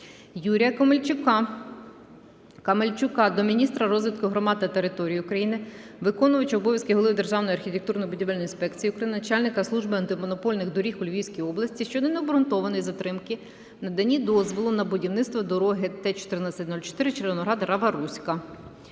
Юрія Камельчука до міністра розвитку громад та територій України, виконувача обов'язків голови Державної архітектурно-будівельної інспекції України, начальника Служби автомобільних доріг у Львівській області щодо необґрунтованої затримки в наданні дозволу на будівництво дороги Т-14-04 Червоноград-Рава-Руська.